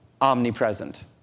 omnipresent